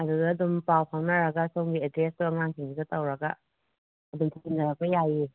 ꯑꯗꯨꯗ ꯑꯗꯨꯝ ꯄꯥꯎ ꯐꯥꯎꯅꯔꯒ ꯁꯣꯝꯒꯤ ꯑꯦꯗ꯭ꯔꯦꯁꯇꯣ ꯑꯉꯥꯡꯁꯤꯡꯒ ꯇꯧꯔꯒ ꯑꯗꯨꯝ ꯊꯤꯟꯃꯤꯟꯅꯔꯛꯄ ꯌꯥꯏꯌꯦ